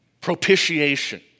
propitiation